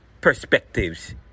Perspectives